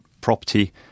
property